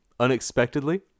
Unexpectedly